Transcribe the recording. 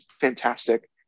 fantastic